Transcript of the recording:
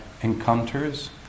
encounters